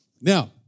Now